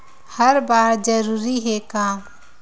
हर बार जरूरी हे का?